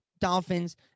Dolphins